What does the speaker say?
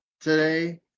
today